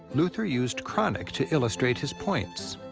luther used cranach to illustrate his points.